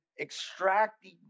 extracting